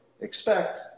expect